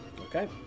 Okay